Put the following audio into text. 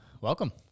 Welcome